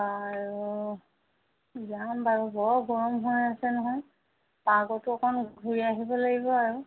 বাৰু যাম বাৰু বৰ গৰম হৈ আছে নহয় পাৰ্কতো অকণ ঘূৰি আহিব লাগিব আৰু